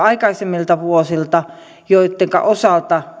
aikaisemmilta vuosilta vastaavanlaisia kokemuksia joittenka osalta